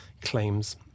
claims